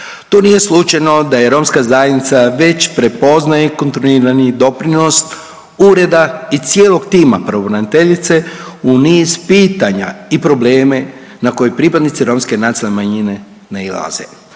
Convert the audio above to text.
To nije slučajno da je romska zajednica već prepoznaje kontinuirani doprinos Ureda i cijelog tima pravobraniteljice u niz pitanja i probleme na koje pripadnici romske nacionalne manjine nailaze.